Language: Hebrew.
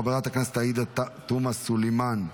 חברת הכנסת עאידה תומא סלימאן,